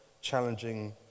challenging